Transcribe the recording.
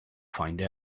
find